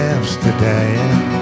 Amsterdam